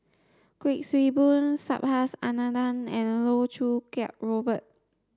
Kuik Swee Boon Subhas Anandan and Loh Choo Kiat Robert